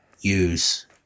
use